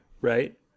right